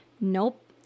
Nope